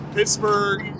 Pittsburgh